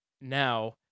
Now